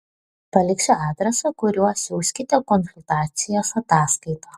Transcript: paliksiu adresą kuriuo siųskite konsultacijos ataskaitą